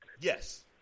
Yes